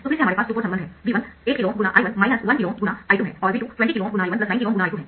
तो फिर से हमारे पास 2 पोर्ट संबंध है V1 8 KΩ ×I1 1 KΩ ×I2 है और V2 20 KΩ ×I19 KΩ ×I2 है